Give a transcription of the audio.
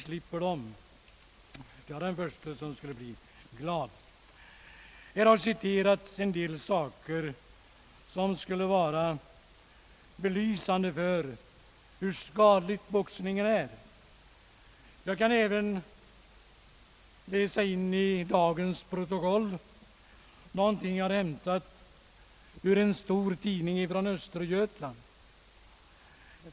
Slipper vi dem är jag den förste som skulle bli glad. Här har citerats en del artiklar, ägnade att belysa hur skadlig boxningen är. Även jag kan läsa in i dagens protokoll något jag har hämtat ur en stor tidning från Östergötland.